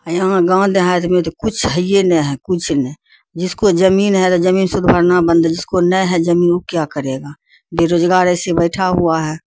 یہاں گاؤں دیہات میں تو کچھ ہے یہ نہیں ہے کچھ نہیں جس کو زمین ہے تو زمین سود بھرنا بند جس کو نہیں ہے زمین وہ کیا کرے گا بے روزگار ایسے بیٹھا ہوا ہے